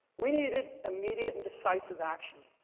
we needed immediate and decisive action.